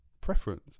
preference